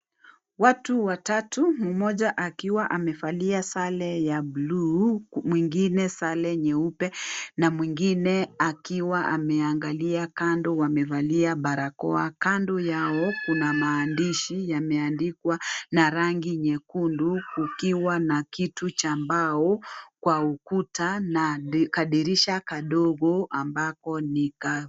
Watu watatu ,mmoja akiwa amevalia sare ya bluu mwingine sare nyeupe na mwingine akiwa ameangalia kando wamevalia barakoa. Kando yao kuna maandishi yameandikwa na rangi nyekundu , ukiwa na kitu cha mbao kwa ukuta na kadirisha kadogo ambako ni ka.